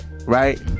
Right